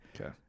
Okay